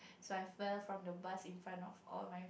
so I fell from the bus in front of all my